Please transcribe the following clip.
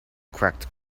cracked